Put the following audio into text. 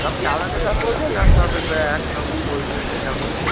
সব কি আলাদা দাম বলবো না সব একসঙ্গে বলবো সেটা বলুন